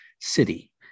City